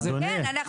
אדוני --- כן,